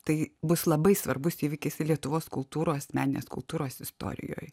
tai bus labai svarbus įvykis lietuvos kultūros meninės kultūros istorijoj